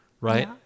right